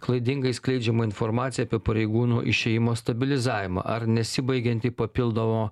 klaidingai skleidžiama informacija apie pareigūnų išėjimo stabilizavimą ar nesibaigiantį papildomo